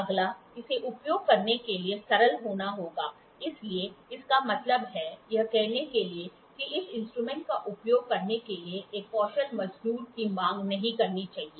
अगला इसे उपयोग करने के लिए सरल होना है इसलिए इसका मतलब है यह कहने के लिए कि इस इंस्ट्रूमेंट का उपयोग करने के लिए एक कौशल मजदूर की मांग नहीं करनी चाहिए